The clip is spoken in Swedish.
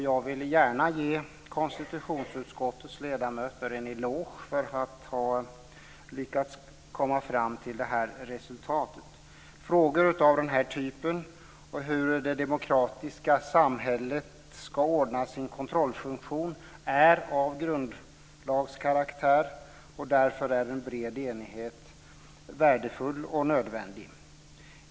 Jag vill gärna ge konstitutionsutskottets ledamöter en eloge för att de har lyckats komma fram till detta resultat. Frågor av denna typ - om hur det demokratiska samhället ska ordna sin kontrollfunktion - är av grundlagskaraktär, och därför är en bred enighet värdefull och nödvändig.